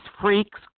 freaks